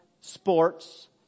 sports